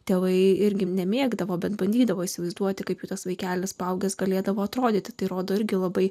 tėvai irgi nemėgdavo bet bandydavo įsivaizduoti kaip tas vaikelis paaugęs galėdavo atrodyti tai rodo irgi labai